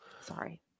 sorry